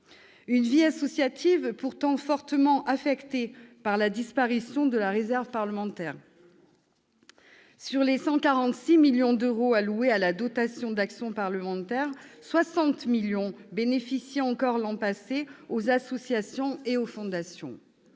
La vie associative est pourtant fortement affectée par la disparition de la réserve parlementaire. Absolument ! Sur les 146 millions d'euros alloués à la dotation d'action parlementaire, quelque 60 millions d'euros bénéficiaient encore l'an passé aux associations et aux fondations.